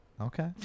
Okay